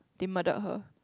they murder her